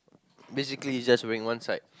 basically it just went one side